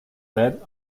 bed